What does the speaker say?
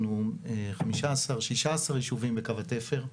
אנחנו 15 16 יישובים בקו התפר,